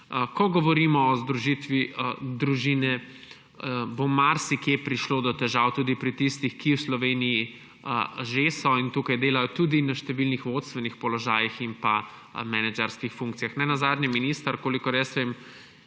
Ko govorimo o združitvi družine, bo marsikje prišlo do težav tudi pri tistih, ki v Sloveniji že so in tukaj delajo, tudi na številnih vodstvenih položajih in menedžerskih funkcijah. Nenazadnje minister, kolikor vem,